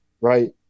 right